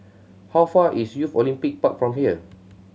how far away is Youth Olympic Park from here